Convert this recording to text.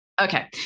okay